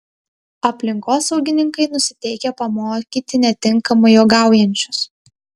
aplinkosaugininkai nusiteikę pamokyti netinkamai uogaujančius